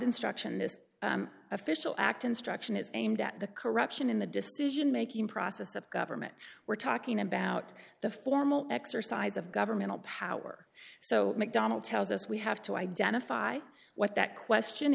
instruction in this official act instruction is aimed at the corruption in the decision making process of government we're talking about the formal exercise of governmental power so mcdonnell tells us we have to identify what that question